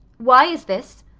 why is this?